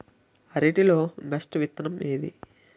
అరటి లో బెస్టు విత్తనం ఏది?